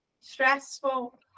stressful